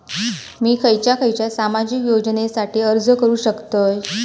मी खयच्या खयच्या सामाजिक योजनेसाठी अर्ज करू शकतय?